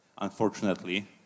unfortunately